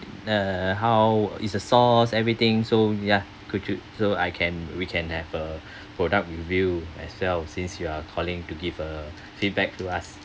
uh how is the sauce everything so ya could you so I can we can have a product review as well since you are calling to give a feedback to us